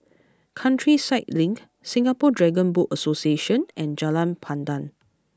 Countryside Link Singapore Dragon Boat Association and Jalan Pandan